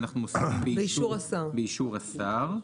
באישור השר,